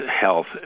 health